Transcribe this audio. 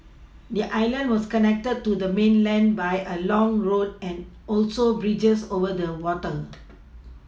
the island was connected to the mainland by a long road and also bridges over the water